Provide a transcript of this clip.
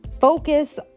Focus